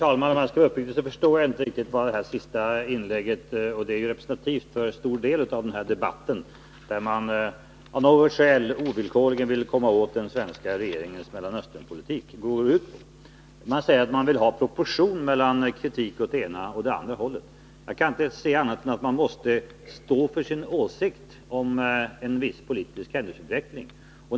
Herr talman! Uppriktigt sagt förstår jag inte det senaste inlägget, men det är representativt för vad en stor del av den här debatten går ut på: av något skäl vill man ovillkorligen komma åt den svenska regeringens Mellanösternpolitik. Man säger att man vill ha proportion i kritiken av den ena och den andra sidan. Jag kan inte se annat än att man måste stå för sin åsikt om en viss politisk händelsutveckling.